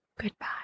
Goodbye